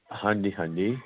ਹਾਂਜੀ ਹਾਂਜੀ